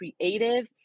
creative